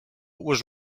was